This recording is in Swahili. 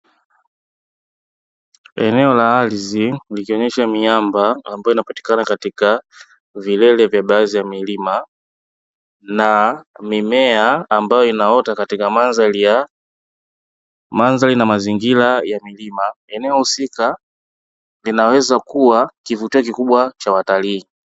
Eneo la ardhi likionesha miamba, ambayo inapatikana katika baadhi ya milima na mimea, ambayo inaota katika mandhari na mazingira ya milima, eneo husika linaweza kuwa kivutio kikubwa cha watalii.